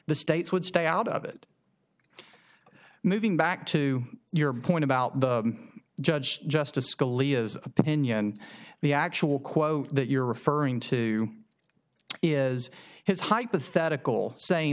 the states would stay out of it moving back to your point about the judge justice scalia's opinion the actual quote that you're referring to is his hypothetical saying